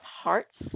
hearts